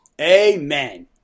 Amen